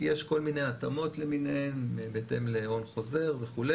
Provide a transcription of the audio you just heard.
כי יש כל מיני התאמות למיניהן בהתאם להון חוזר וכו'.